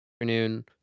afternoon